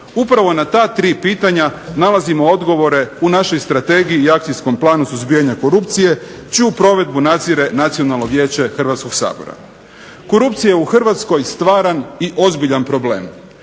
Upravo na ta tri pitanja nalazimo odgovore u našoj Strategiji i Akcijskom planu suzbijanja korupcije čiju provedbu nadzire Nacionalno vijeće Hrvatskoga sabora. Korupcija je u Hrvatskoj stvaran i ozbiljan problem.